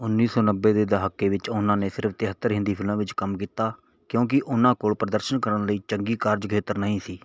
ਉੱਨੀ ਸੌ ਨੱਬੇ ਦੇ ਦਹਾਕੇ ਵਿੱਚ ਉਹਨਾਂ ਨੇ ਸਿਰਫ਼ ਤਿਹੱਤਰ ਹਿੰਦੀ ਫ਼ਿਲਮਾਂ ਵਿੱਚ ਕੰਮ ਕੀਤਾ ਕਿਉਂਕਿ ਉਹਨਾਂ ਕੋਲ ਪ੍ਰਦਰਸ਼ਨ ਕਰਨ ਲਈ ਚੰਗੀ ਕਾਰਜ ਖੇਤਰ ਨਹੀਂ ਸੀ